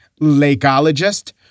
lakeologist